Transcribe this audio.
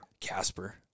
Casper